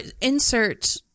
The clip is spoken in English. insert